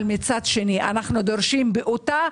אבל מצד שני, אנחנו דורשים באותה